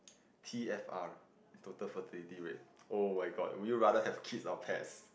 T_F_R total fertility rate oh-my-god would you rather have kids or pets